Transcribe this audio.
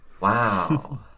Wow